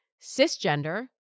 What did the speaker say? Cisgender